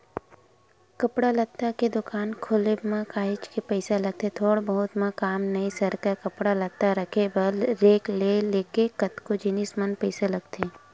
कपड़ा लत्ता के दुकान खोलब म काहेच पइसा लगथे थोर बहुत म काम नइ सरकय कपड़ा लत्ता रखे बर रेक ले लेके कतको जिनिस म पइसा लगथे